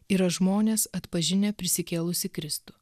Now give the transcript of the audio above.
yra žmonės atpažinę prisikėlusį kristų